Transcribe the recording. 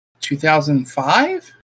2005